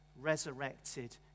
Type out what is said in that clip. resurrected